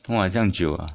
做么这样久啊